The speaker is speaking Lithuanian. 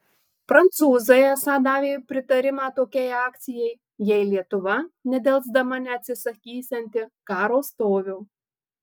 prancūzai esą davė pritarimą tokiai akcijai jei lietuva nedelsdama neatsisakysianti karo stovio